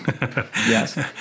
yes